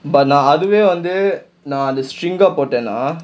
but நான்:naan other way வந்து:vanthu string போட்டேனா:pottaenaa